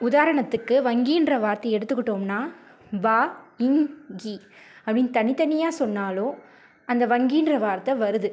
உதாரணத்துக்கு வங்கின்ற வார்த்தையை எடுத்துக்கிட்டோம்னால் வ ங் கி அப்படின் தனி தனியாக சொன்னாலும் அந்த வங்கின்ற வார்த்தை வருது